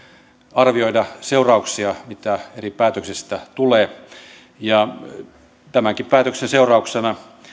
arvioida seurauksia mitä eri päätöksistä tulee tämänkin päätöksen seurauksena